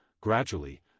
gradually